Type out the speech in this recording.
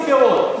פי-שלושה משדרות.